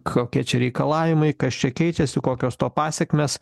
kokie čia reikalavimai kas čia keičiasi kokios to pasekmės